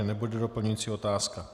Nebude doplňující otázka.